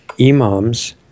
Imams